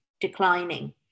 declining